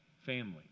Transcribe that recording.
family